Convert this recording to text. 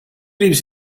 lives